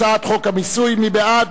הצעת חוק המיסוי, מי בעד?